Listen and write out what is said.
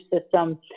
system